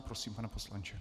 Prosím, pane poslanče.